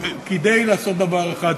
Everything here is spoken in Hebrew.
כדי לעשות דבר אחד,